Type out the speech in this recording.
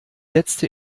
letzte